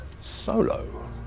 Solo